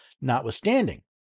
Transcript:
notwithstanding